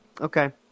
Okay